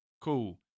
cool